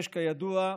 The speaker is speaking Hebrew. כידוע,